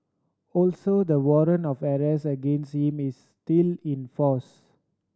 also the warrant of arrest against him is still in force